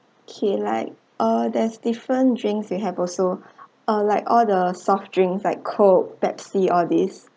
okay like uh there's different drinks we have also uh like all the soft drinks like coke pepsi all this